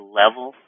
level